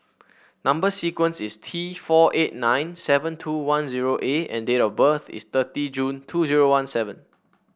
number sequence is T four eight nine seven two one zero A and date of birth is thirty June two zero one seven